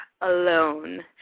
alone